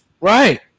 Right